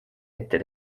ette